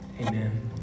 amen